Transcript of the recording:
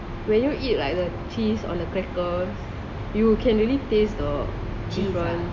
when you eat like the cheese on a cracker you can really taste the cheese [one] like